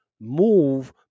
move